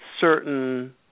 certain